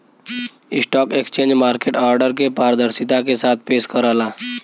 stock exchange market order के पारदर्शिता के साथ पेश करला